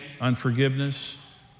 unforgiveness